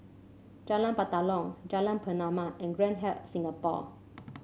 Jalan Batalong Jalan Pernama and Grand Hyatt Singapore